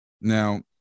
Now